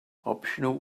optional